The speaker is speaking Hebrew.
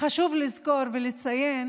וחשוב לזכור ולציין